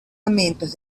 amentos